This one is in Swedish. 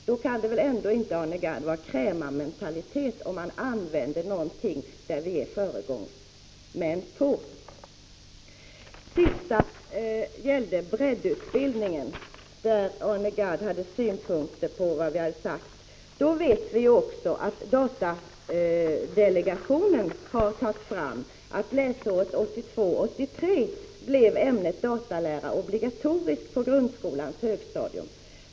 Om vi tar till vara kunskaper från ett område där vi är föregångare, Arne Gadd, kan det väl ändå inte vara fråga om krämarmentalitet! Slutligen hade Arne Gadd synpunkter på vad vi hade sagt beträffande breddutbildningen. Läsåret 1982/83 blev ämnet datalära obligatoriskt på grundskolans högstadium.